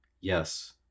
Yes